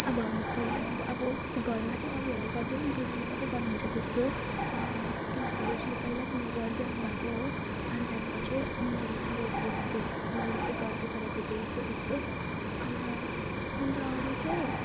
अब हाम्रो पहिला अब घरमा अरूहरूले गर्दैन बोजूले मात्रै गर्नु हुन्छ त्यस्तो किनभने बोजूले पहिलादेखिको गर्दै आउनु भएको हो अनि त्यहाँको चाहिँ मैले चाहिँ बोजूले दे मैले चाहिँ गर्दा गरेको देखेको त्यस्तो अन्त अन्त अरू चाहिँ